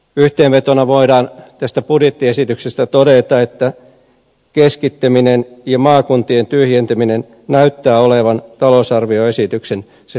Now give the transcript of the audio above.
yhteenvetona voidaan tästä budjettiesityksestä todeta että keskittäminen ja maakuntien tyhjentäminen näyttää olevan talousarvioesityksen se suuri linja